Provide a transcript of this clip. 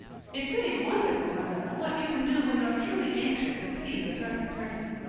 it's really wonderful, marilla, what you can do when you're truly anxious to please a certain person.